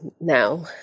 now